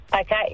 Okay